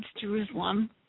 Jerusalem